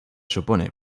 supone